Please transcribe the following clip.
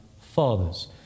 fathers